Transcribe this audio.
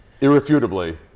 irrefutably